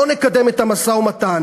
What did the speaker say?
לא נקדם את המשא-ומתן